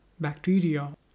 bacteria